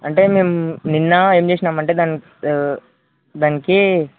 అంటే మేము నిన్న ఏమిచేసినాం అంటే దాని దానికి